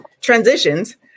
transitions